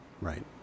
Right